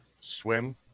swim